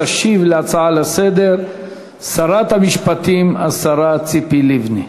תשיב על ההצעה לסדר-היום שרת המשפטים ציפי לבני.